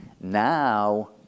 Now